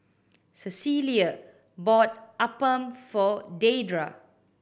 Cecelia bought appam for Deidra